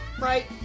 Right